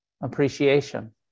appreciation